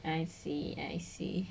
I see I see